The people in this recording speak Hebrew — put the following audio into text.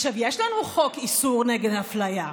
עכשיו, יש לנו חוק איסור נגד אפליה,